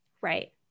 Right